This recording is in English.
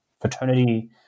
fraternity